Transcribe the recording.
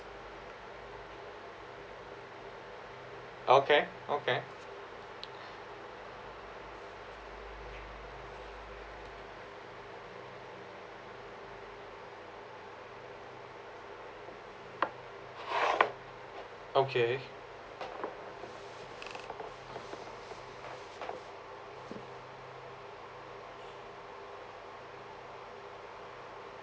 okay okay okay